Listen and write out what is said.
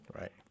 Right